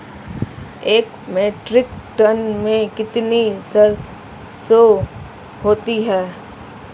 एक metric ton में कितनी सरसों होती है?